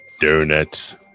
Donuts